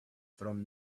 from